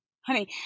Honey